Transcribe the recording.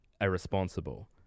irresponsible